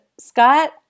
Scott